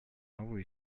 новую